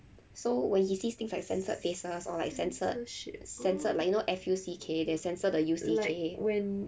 so when he sees things like censored faces or like censored censored like you know F U C K they censored the U C K